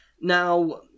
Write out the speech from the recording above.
Now